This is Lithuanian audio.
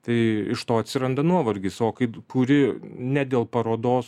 tai iš to atsiranda nuovargis o kai kuri ne dėl parodos